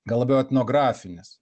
gal labiau etnografinis